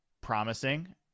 promising